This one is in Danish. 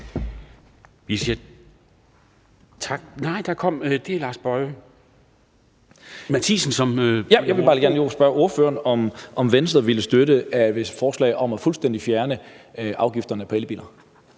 Mathiesen. Kl. 11:46 Lars Boje Mathiesen (NB): Jeg vil bare lige gerne spørge ordføreren, om Venstre ville støtte et forslag om fuldstændig at fjerne afgifterne på elbiler.